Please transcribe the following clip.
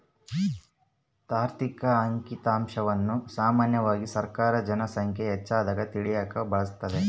ತಾರ್ಕಿಕ ಅಂಕಿಅಂಶವನ್ನ ಸಾಮಾನ್ಯವಾಗಿ ಸರ್ಕಾರ ಜನ ಸಂಖ್ಯೆ ಹೆಚ್ಚಾಗದ್ನ ತಿಳಿಯಕ ಬಳಸ್ತದೆ